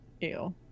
ew